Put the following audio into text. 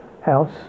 House